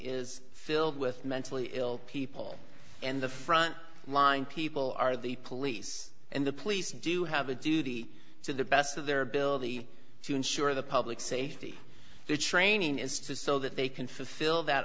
is filled with mentally ill people and the front line people are the police and the police do have a duty to the best of their ability to ensure the public safety their training is to so that they can fulfill that